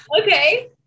Okay